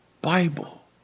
Bible